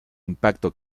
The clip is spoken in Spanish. impacto